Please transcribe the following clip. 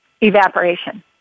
Evaporation